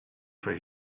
for